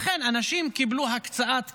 לכן אנשים קיבלו הקצאות קרקע,